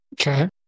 Okay